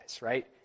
right